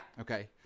Okay